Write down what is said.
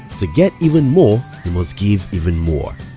to get even more, you must give even more.